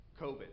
Covid